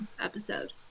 episode